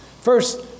First